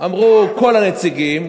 אמרו כל הנציגים,